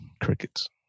crickets